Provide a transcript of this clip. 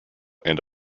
and